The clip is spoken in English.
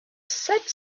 said